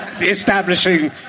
Establishing